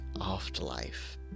afterlife